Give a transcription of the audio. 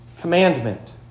commandment